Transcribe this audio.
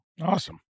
Awesome